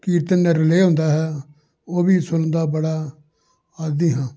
ਕੀਰਤਨ relay ਹੁੰਦਾ ਹੈ ਉਹ ਵੀ ਸੁਣਦਾ ਬੜਾ ਆਦੀ ਹਾਂ